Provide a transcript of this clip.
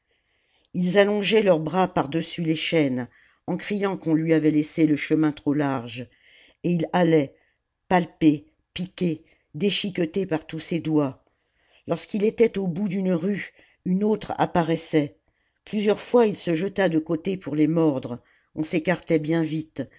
ils allongeaient leurs bras par-dessus les chaînes en criant qu'on lui avait laissé le chemin trop large et il allait palpé piqué déchiqueté par tous ces doigts lorsqu'il était au bout d'une rue une autre apparaissait plusieurs fois il se jeta de côté pour les mordre on s'écartait bien vite